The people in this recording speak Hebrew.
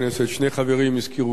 שני חברים הזכירו קודם